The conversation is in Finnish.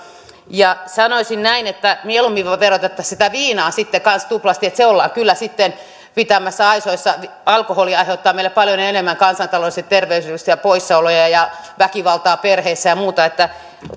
ja sanoisin näin että mieluummin verotettaisiin sitä viinaa sitten kanssa tuplasti että se ollaan kyllä sitten pitämässä aisoissa alkoholi aiheuttaa meille paljon enemmän kansantaloudellisesti terveydellisiä poissaoloja ja ja väkivaltaa perheissä ja muuta